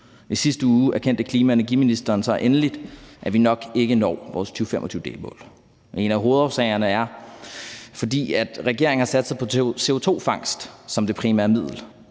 I sidste uge er erkendte klima-, energi- og forsyningsministeren endelig, at vi nok ikke når vores 2025-delmål. En af hovedårsagerne er, at regeringen har sat sig på CO2-fangst som det primære middel,